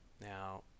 Now